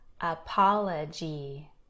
apology